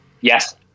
Yes